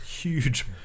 huge